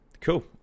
Cool